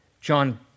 John